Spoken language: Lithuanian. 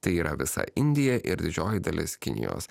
tai yra visa indija ir didžioji dalis kinijos